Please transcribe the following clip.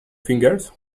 fingers